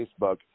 Facebook